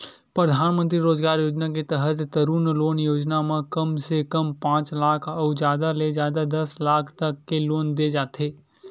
परधानमंतरी रोजगार योजना के तहत तरून लोन योजना म कम से कम पांच लाख अउ जादा ले जादा दस लाख तक के लोन दे जाथे